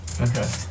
Okay